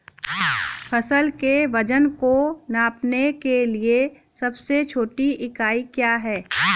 फसल के वजन को नापने के लिए सबसे छोटी इकाई क्या है?